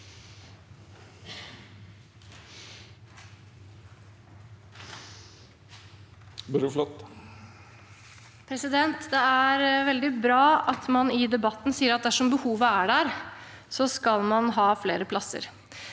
Det er veldig bra at man i debatten sier at dersom behovet er der, skal man ha flere plasser.